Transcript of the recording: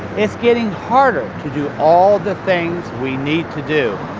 it's getting harder to do all the things we need to do.